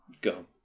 Go